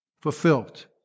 fulfilled